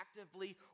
actively